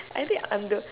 I think I'm the